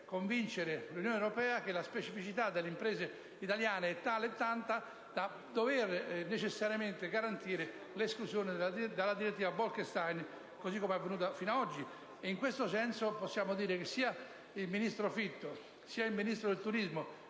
convincere l'Unione europea che la specificità delle imprese italiane è tale e tanta da dover necessariamente garantire l'esclusione dalla direttiva Bolkestein, così come è avvenuto fino ad oggi. Ci auguriamo che, con il sostegno del ministro Fitto e del Ministro del turismo,